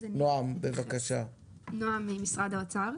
אני ממשרד האוצר.